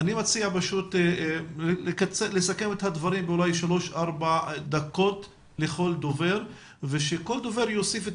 אני מציע לסכם את הדברים בשלוש-ארבע דקות לכל דובר ושכל דובר יוסיף את